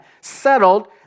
settled